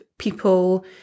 people